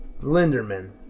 Linderman